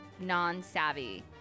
non-savvy